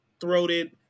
throated